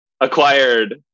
acquired